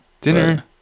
dinner